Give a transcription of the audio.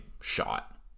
shot